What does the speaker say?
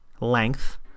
length